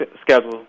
schedule